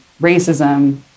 racism